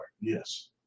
Yes